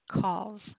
calls